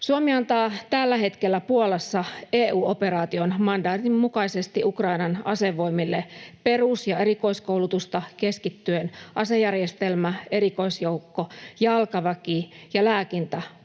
Suomi antaa tällä hetkellä Puolassa EU-operaation mandaatin mukaisesti Ukrainan asevoimille perus- ja erikoiskoulutusta keskittyen asejärjestelmä-, erikoisjoukko-, jalkaväki- ja